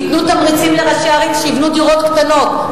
תיתנו תמריצים לראשי ערים שיבנו דירות קטנות,